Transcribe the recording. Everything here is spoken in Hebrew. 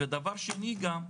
ודבר שני גם,